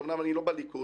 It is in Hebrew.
אומנם אני לא בליכוד,